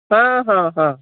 ହଁ ହଁ ହଁ